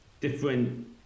different